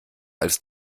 als